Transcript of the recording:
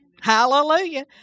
Hallelujah